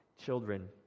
children